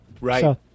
Right